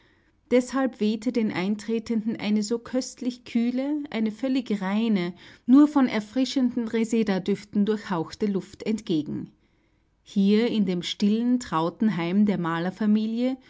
deshalb wehte den eintretenden eine so köstlich kühle eine völlig reine nur von erfrischenden resedadüften durchhauchte luft entgegen hier in dem stillen trauten heim der